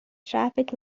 traffic